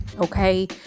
Okay